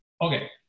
okay